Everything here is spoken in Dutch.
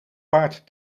paard